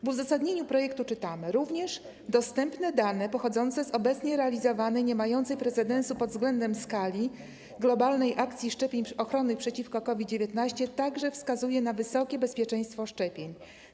W uzasadnieniu projektu czytamy: dostępne dane pochodzące z obecnie realizowanej, niemającej precedensu pod względem skali, globalnej akcji szczepień ochronnych przeciwko COVID-19 także wskazują na wysokie bezpieczeństwo szczepień.